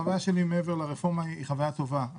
החוויה שלי מעבר לרפורמה היא חוויה טובה,